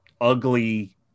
ugly